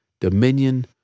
dominion